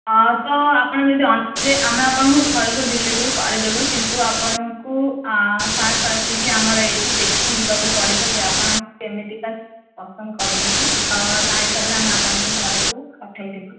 ହଁ ତ ଆପଣ ଯଦି ଅନ ଆମେ ଆପଣଙ୍କ ଘରକୁ ଡେଲିଭରୀ କରିଦେବୁ କିନ୍ତୁ ଆପଣଙ୍କୁ ଫାଷ୍ଟ ଆସିକି ଆମର ଏଇଠି ଦେଖିକି ଯିବାକୁ ପଡ଼ିବ ଯେ ଆପଣ କେମିତିକା ପସନ୍ଦ କରୁଛନ୍ତି ତ ତା' ହିସାବରେ ଆମେ ଆପଣଙ୍କ ଘରକୁ ପଠେଇଦେବୁ